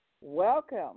Welcome